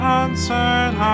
answered